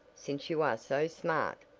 since you are so smart!